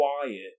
quiet